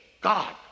God